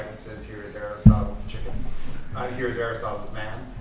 says, here is aristotle's chicken here is aristotle's man.